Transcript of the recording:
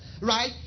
right